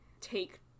take